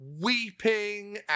weeping